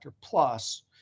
Plus